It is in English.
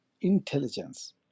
intelligence